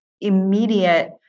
immediate